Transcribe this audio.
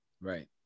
right